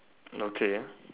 okay